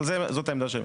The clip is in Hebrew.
אבל זאת העמדה שלהם.